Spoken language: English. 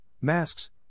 masks